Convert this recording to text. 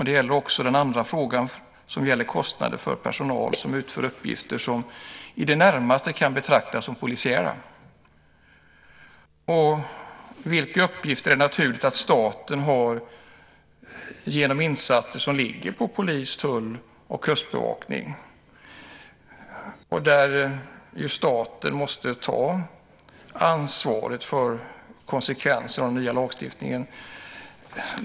Det gäller också den andra frågan, kostnader för personal som utför uppgifter som i det närmaste kan betraktas som polisiära. Vilka uppgifter är det naturligt att staten har genom insatser som ligger på polis, tull och kustbevakning? Staten måste ta ansvaret för konsekvenserna av den nya lagstiftningen.